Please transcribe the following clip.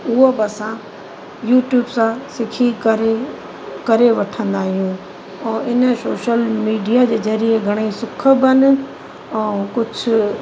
उहो बि असां यूट्यूब सां सिखी करे करे वठंदा आहियूं ऐं इन्हीअ सोशल मीडिया जे ज़रिए घणेई सुख बि आहिनि ऐं कुझु